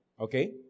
Okay